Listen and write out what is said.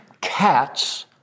cats